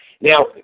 Now